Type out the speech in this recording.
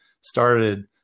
started